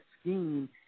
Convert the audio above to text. scheme